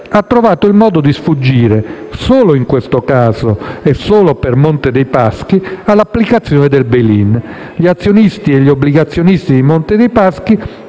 ha trovato il modo di sfuggire - solo in questo caso e solo per Monte dei paschi - all'applicazione del *bail in*. Gli azionisti e gli obbligazionisti di Monte dei paschi,